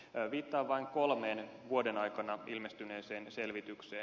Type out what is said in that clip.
viittaan vain kolmeen vuoden aikana ilmestyneeseen selvitykseen